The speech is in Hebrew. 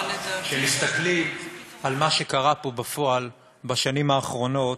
כשמסתכלים על מה שקרה פה בפועל בשנים האחרונות,